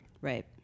Right